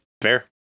Fair